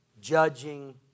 judging